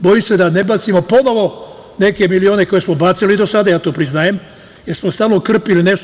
Bojim se da ne bacimo ponovo neke milione koje smo bacili do sada, ja to priznajem, jer smo stalno krpili nešto.